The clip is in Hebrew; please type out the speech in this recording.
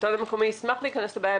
השלטון המקומי ישמח להיכנס לבעיה.